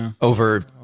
over